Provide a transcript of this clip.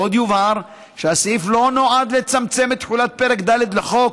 עוד יובהר שהסעיף לא נועד לצמצם את תחולת פרק ד' לחוק,